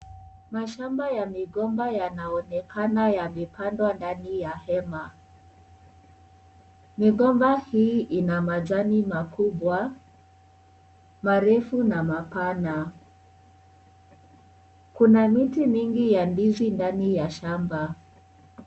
Mashamba ya migomba yanaonekana yamepandwa ndani ya hema. migomba hii ina majani makubwa, marefu na mapana. Kuna miti mingi ya ndizi ndani ya shamba.